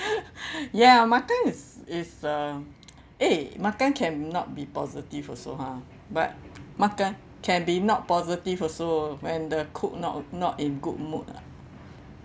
ya makan is is a eh makan cannot be positive also ha but makan can be not positive also when the cook not not in good mood ah